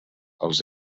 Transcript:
els